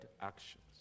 actions